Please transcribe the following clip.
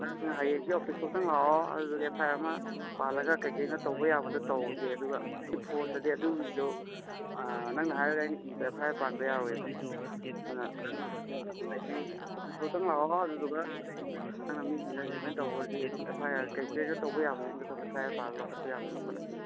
ꯅꯪꯅ ꯍꯌꯦꯡꯁꯦ ꯑꯣꯐꯤꯁꯐꯥꯎ ꯇꯪ ꯂꯥꯛꯑꯣ ꯑꯗꯨꯗꯨꯒ ꯑꯦꯐ ꯑꯥꯏ ꯑꯥꯔ ꯑꯃ ꯄꯥꯜꯂꯒ ꯀꯩꯀꯩꯅꯣ ꯇꯧꯕ ꯌꯥꯕꯗꯣ ꯇꯧꯍꯧꯔꯁꯤ ꯑꯗꯨꯒ ꯐꯣꯟꯗꯗꯤ ꯑꯗꯨꯒꯤꯗꯣ ꯅꯪꯅ ꯍꯥꯏꯔꯒ ꯑꯩꯅ ꯏꯕ ꯑꯦꯐ ꯑꯥꯏ ꯑꯥꯔ ꯄꯥꯟꯕ ꯌꯥꯔꯣꯏꯑꯦꯕ ꯑꯗꯨꯅ ꯅꯪꯅ ꯍꯌꯦꯡ ꯑꯣꯐꯤꯁ ꯐꯥꯎꯕ ꯇꯪ ꯂꯥꯛꯑꯣ ꯑꯗꯨꯗꯨꯒ ꯅꯪꯅ ꯃꯤꯁꯤꯡꯗꯣ ꯔꯤꯕꯤꯜ ꯇꯧꯍꯧꯔꯗꯤ ꯑꯗꯨꯝ ꯑꯦꯐ ꯑꯥꯏ ꯑꯥꯔ ꯀꯩꯀꯩꯗꯣ ꯇꯧꯕ ꯌꯥꯕꯁꯤꯡꯗꯣ ꯑꯗꯨꯝ ꯑꯦꯐ ꯑꯥꯏ ꯑꯥꯔ ꯄꯥꯜꯂꯒ ꯂꯧꯈꯠꯄ ꯌꯥꯕꯗꯣ ꯂꯧꯈꯠꯂꯁꯤ